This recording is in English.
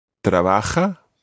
Trabaja